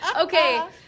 Okay